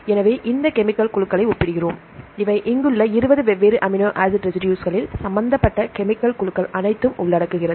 எனவே இந்த கெமிக்கல் குழுக்களை ஒப்பிடுகிறோம் இவை இங்குள்ள 20 வெவ்வேறு அமினோ ஆசிட் ரெசிடுஸ்களில் சம்பந்தப்பட்ட கெமிக்கல் குழுக்கள் அனைத்தும் உள்ளடக்குகிறது